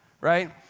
right